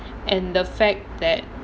and the fact that